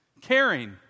Caring